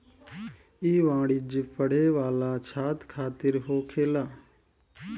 ई वाणिज्य पढ़े वाला छात्र खातिर होखेला